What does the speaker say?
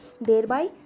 Thereby